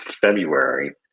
February